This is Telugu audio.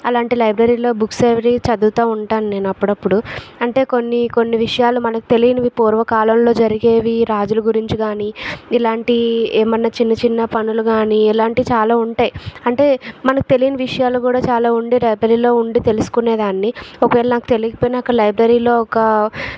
అలాంటి లైబ్రరీలో బుక్స్ అవి చదువుతూ ఉంటాను నేను అప్పుడప్పుడు అంటే కొన్ని కొన్ని విషయాలు మనకు తెలియనివి పూర్వకాలంలో జరిగేవి ఈ రాజుల గురించి కానీ ఇలాంటి ఏమన్నా చిన్న చిన్న పనులు కాని ఇలాంటివి చాలా ఉంటాయి అంటే మనకు తెలియని విషయాలు కూడా చాలా ఉండి లైబ్రరీలో ఉండి తెలుసుకునే దాన్ని ఒకవేళ నాకు తెలియకపోయినా అక్కడ లైబ్రరీలో ఒక